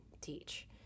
teach